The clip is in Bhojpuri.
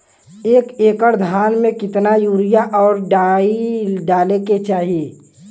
एक एकड़ धान में कितना यूरिया और डाई डाले के चाही?